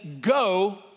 Go